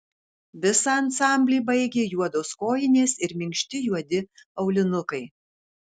visą ansamblį baigė juodos kojinės ir minkšti juodi aulinukai